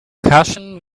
cushion